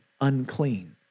unclean